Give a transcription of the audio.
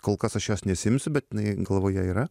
kol kas aš jos nesiimsiu bet jinai galvoje yra